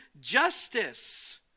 justice